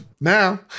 now